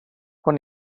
har